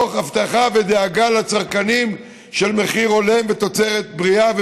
ובין הבטחה ודאגה לצרכנים למחיר הולם ותוצרת בריאה,